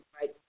Right